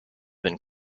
been